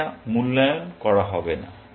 এটা মূল্যায়ন করা হবে না